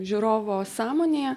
žiūrovo sąmonėje